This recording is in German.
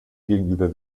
gegenüber